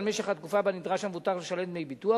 על משך התקופה שבה נדרש המבוטח לשלם דמי ביטוח,